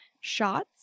shots